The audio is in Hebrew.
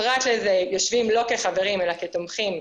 פרט לזה יושבים לא כחברים אלא כתומכים,